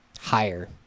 Higher